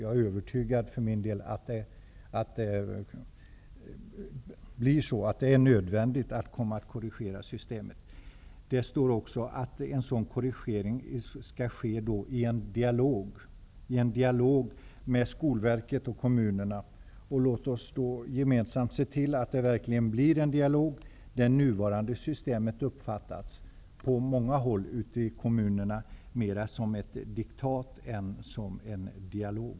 Jag är för min del övertygad om att det blir nödvändigt att korrigera systemet. Det står också att en sådan korrigering skall ske i en dialog med Skolverket och kommunerna. Låt oss gemensamt se till att det verkligen blir en dialog. Det nuvarande systemet uppfattas på många håll ute i kommunerna mer som ett diktat än som en dialog.